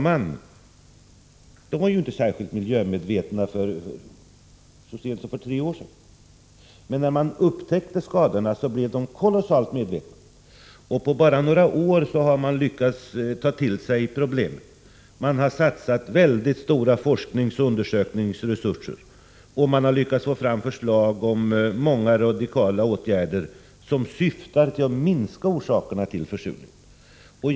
Man var inte särskilt miljömedveten där så sent som för tre år sedan. Men när västtyskarna upptäckte skadorna blev de kolossalt medvetna, och på bara några år har man lyckats ta till sig problemen. Man har satsat mycket stora forskningsoch undersökningsresurser, och man har lyckats få fram förslag till många radikala åtgärder, som syftar till att minska orsakerna till försurningen.